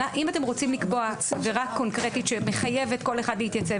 אם אתם רוצים לקבוע עבירה קונקרטית שמחייבת כל אחד להתייצב,